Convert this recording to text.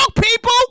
people